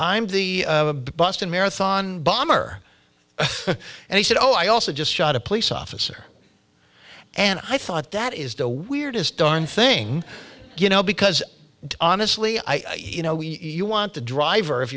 m the busted marathon bomber and he said oh i also just shot a police officer and i thought that is the weirdest darn thing you know because honestly i you know you want the driver of